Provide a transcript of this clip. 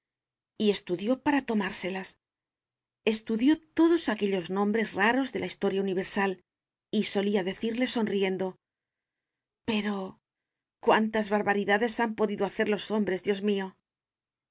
y estudió para tomárselas estudió todos aquellos nombres raros de la historia universal y solía decirle sonriendo pero cuántas barbaridades han podido hacer los hombres dios mío